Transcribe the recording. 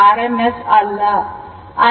rms ಅಲ್ಲ